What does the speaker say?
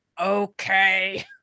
okay